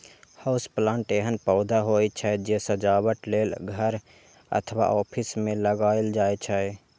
house plant एहन पौधा होइ छै, जे सजावट लेल घर अथवा ऑफिस मे लगाएल जाइ छै